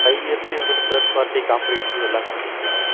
five இயர்ஸ்லயே வந்துட்டு third party comprehensive எல்லாமே வந்துடுங்களா